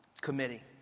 Committee